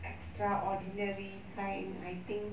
extra ordinary kind I think